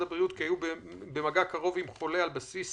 הבריאות שהם היו במגע קרוב עם חולה על בסיס